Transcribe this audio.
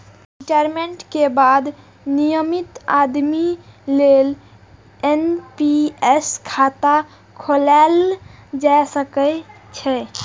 retirement के बाद नियमित आमदनी लेल एन.पी.एस खाता खोलाएल जा सकै छै